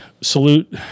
salute